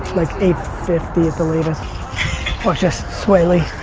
like eight fifty at the latest. or just swae lee.